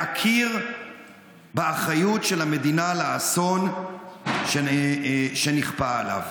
להכיר באחריות של המדינה לאסון שנכפה עליו.